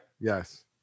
Yes